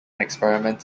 experiments